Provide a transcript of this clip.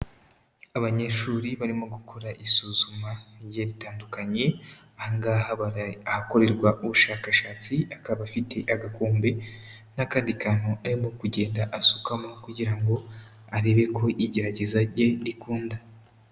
Abanyeshuri barimo gukora isuzuma rigiye ritandukanye, aha ngaha bari ahakorerwa ubushakashatsi akaba afite agakombe n'akandi kantu arimo kugenda asukamo kugira ngo arebe ko igerageza rye rikunda.